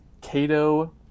Cato